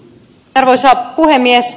arvoisa puhemies